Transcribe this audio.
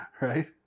right